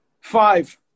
five